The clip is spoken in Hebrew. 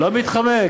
לא מתחמק.